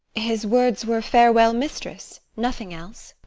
his words were farewell, mistress' nothing else.